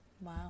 Wow